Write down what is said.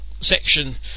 section